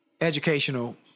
educational